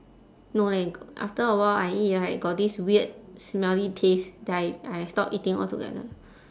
no leh after a while I eat right got this weird smelly taste then I I stop eating altogether